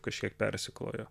kažkiek persiklojo